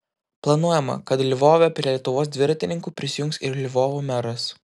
planuojama kad lvove prie lietuvos dviratininkų prisijungs ir lvovo meras